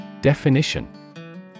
Definition